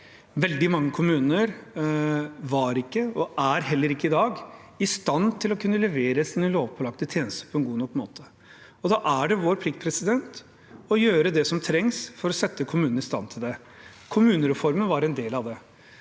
heller ikke i dag, i stand til å kunne levere sine lovpålagte tjenester på en god nok måte. Da er det vår plikt å gjøre det som trengs for å sette kommunene i stand til det. Kommunereformen var en del av det.